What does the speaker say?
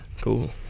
Cool